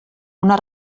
una